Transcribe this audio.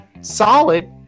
solid